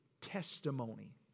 testimony